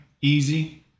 Easy